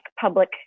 public